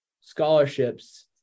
scholarships